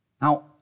Now